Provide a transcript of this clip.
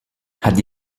hat